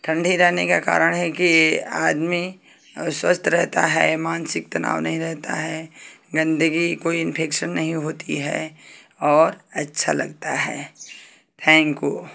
ठंडी रहने के कारण है कि आदमी स्वस्थ रहता है मानसिक तनाव नहीं रहता है गंदगी कोई इंफेक्शन नहीं होती है और अच्छा लगता है थैंकू